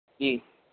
جی